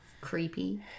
Creepy